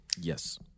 Yes